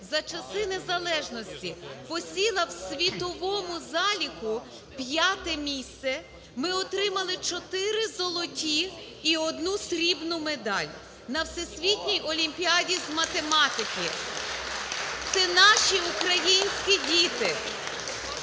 за часів незалежності посіла у світовому заліку 5 місце, ми отримали 4 золоті і 1 срібну медаль на Всесвітній олімпіаді з математики. Це наші українські діти.